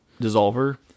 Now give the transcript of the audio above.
Dissolver